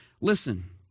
Listen